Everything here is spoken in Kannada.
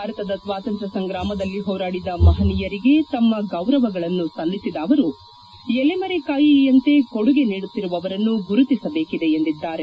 ಭಾರತದ ಸ್ವಾತಂತ್ರ್ಯ ಸಂಗ್ರಾಮದಲ್ಲಿ ಹೋರಾಡಿದ ಮಹನೀಯರಿಗೆ ತಮ್ಮ ಗೌರವಗಳನ್ನು ಸಲ್ಲಿಸಿದ ಅವರು ಎಲೆಮರೆಕಾಯಿಯಂತೆ ಕೊಡುಗೆ ನೀಡುತ್ತಿರುವವರನ್ನು ಗುರುತಿಸಬೇಕಿದೆ ಎಂದಿದ್ದಾರೆ